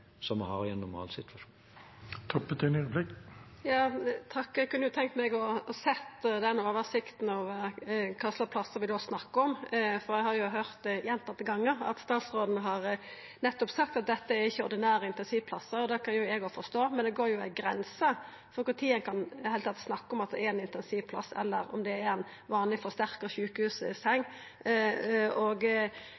som vi har i en normalsituasjon. Eg kunne tenkt meg å ha sett den oversikta over kva slags plassar vi da snakkar om, for eg har høyrt gjentatte gonger at statsråden har sagt at dette ikkje er ordinære intensivplassar. Det kan eg òg forstå, men det går jo ei grense for når ein i det heile kan snakka om at det er ein intensivplass, eller ei vanleg, forsterka sjukehusseng. Eg ville ha sett desse planane. Kva slags bemanning er det ein